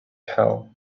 hell